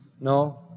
No